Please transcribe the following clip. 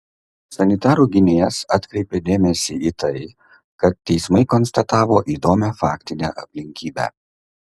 sanitarų gynėjas atkreipė dėmesį į tai kad teismai konstatavo įdomią faktinę aplinkybę